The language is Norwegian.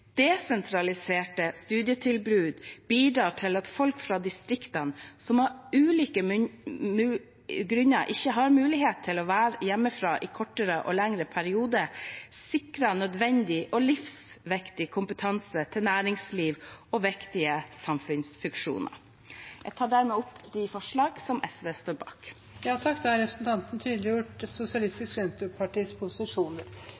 Desentraliserte studietilbud bidrar til at folk fra distriktene som av ulike grunner ikke har mulighet til å være hjemmefra i kortere og lengre perioder, sikrer nødvendig og livsviktig kompetanse til næringsliv og viktige samfunnsfunksjoner. Jeg tar dermed opp det forslaget som SV står bak. Representanten Mona Fagerås har